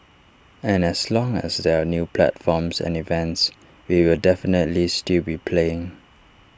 and as long as there are new platforms and events we will definitely still be playing